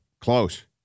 Close